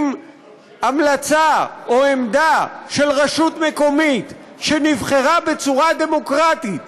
המלצה או עמדה של רשות מקומית שנבחרה בצורה דמוקרטית